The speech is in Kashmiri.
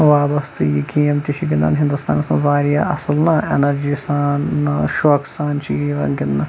وابستٕگی یہِ گیم تہِ چھِ گِنٛدان ہِنٛدوستانَس منٛز واریاہ اَصٕل نہ اینَرجی سان شوقہٕ سان چھِ یِوان گِنٛدنہٕ